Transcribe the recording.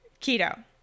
keto